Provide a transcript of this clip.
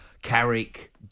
Carrick